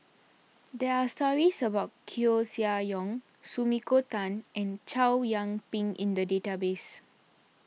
there are stories about Koeh Sia Yong Sumiko Tan and Chow Yian Ping in the database